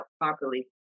properly